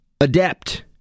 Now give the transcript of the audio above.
adept